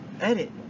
Edit